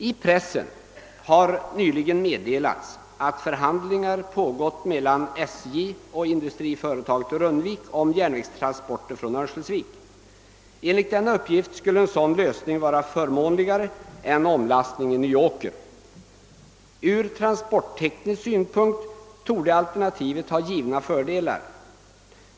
I pressen har nyligen meddelats att förhandlingar pågått mellan SJ och industriföretaget i Rundvik om järnvägstransporter från Örnsköldsvik. Enligt denna uppgift skulle en sådan lösning vara förmånligare än omlastning i Nyåker. Från transportteknisk synpunkt torde alternativet ha givna fördelar.